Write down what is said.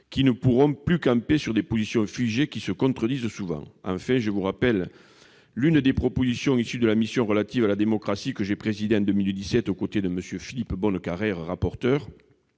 coup, ne pourront plus camper sur des positions figées qui se contredisent souvent. Enfin, je rappelle l'une des propositions issues de la mission d'information relative à la démocratie, que j'ai présidée en 2017 aux côtés de Philippe Bonnecarrère, rapporteur